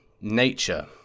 Nature